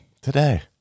Today